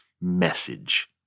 message